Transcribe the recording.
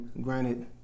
Granted